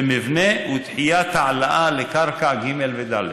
למבנה, ודחיית העלאה לקרקע ג' וד'.